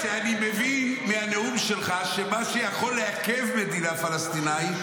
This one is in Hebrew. שאני מבין מהנאום שלך שמה שיכול לעכב מדינה פלסטינית